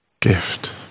gift